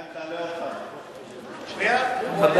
התשע"ב 2012, נתקבל.